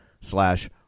Slash